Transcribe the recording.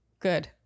Good